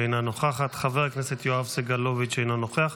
אינה נוכחת, חבר הכנסת יואב סגלוביץ' אינו נוכח.